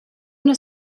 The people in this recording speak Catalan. una